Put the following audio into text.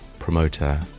promoter